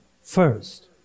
First